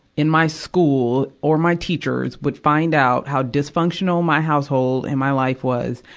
in my school, or my teachers would find out how dysfunctional my household and my life was,